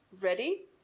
ready